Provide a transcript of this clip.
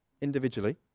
individually